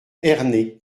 ernée